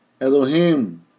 Elohim